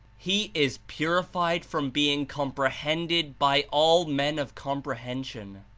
he is purified from being comprehended by all men of comprehension,